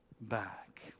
back